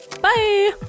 Bye